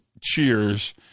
cheers